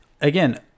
Again